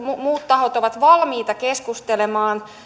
muut tahot ovat valmiita keskustelemaan